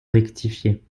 rectifié